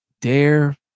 dare